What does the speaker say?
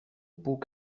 pot